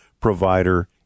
provider